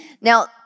Now